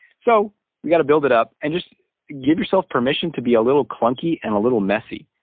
so we gotta build it up and just give yourself permission to be a little clunky and a little messy.